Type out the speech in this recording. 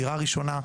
דירה ראשונה,